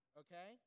okay